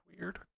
weird